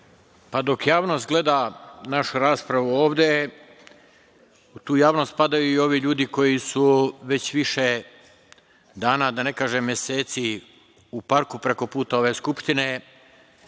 Dok javnost gleda našu raspravu ovde, u tu javnost spadaju i ovi ljudi koji su već više dana, da ne kažem meseci u parku preko puta ove Skupštine.